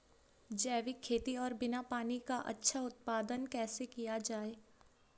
जैविक खेती और बिना पानी का अच्छा उत्पादन कैसे किया जाए?